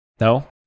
No